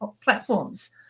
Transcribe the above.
platforms